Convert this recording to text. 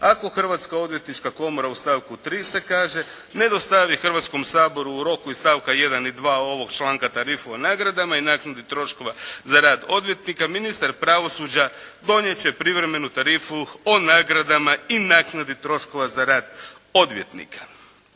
Ako Hrvatska odvjetnička komora u stavku 3. se kaže ne dostavi Hrvatskom saboru u roku iz stavka 1. i 2. ovog članka tarifu o nagradama i naknadi troškova za rad odvjetnika ministar pravosuđa donijet će privremenu tarifu o nagradama i naknadi troškova za rad odvjetnika.